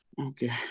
Okay